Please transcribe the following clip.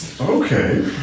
Okay